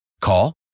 Call